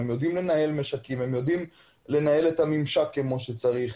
יודעים לנהל משקים ויודעים לנהל את הממשק כמו שצריך,